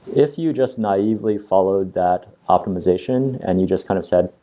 if you just naively followed that optimization and you just kind of said,